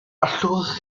allwch